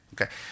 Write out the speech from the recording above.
Okay